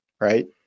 right